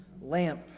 lamp